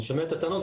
אני שומע את הטענות,